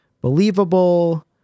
believable